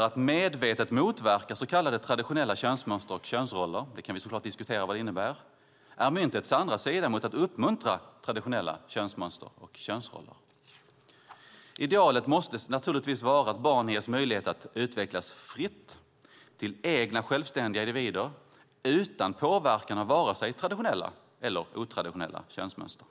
Att medvetet motverka så kallade traditionella könsmönster och könsroller - vi kan självklart diskutera vad det innebär - är, menar jag, myntets andra sida mot att uppmuntra traditionella könsmönster och könsroller. Idealet måste naturligtvis vara att barn ges möjlighet att utvecklas fritt, till självständiga individer, utan påverkan av vare sig traditionella eller otraditionella könsmönster.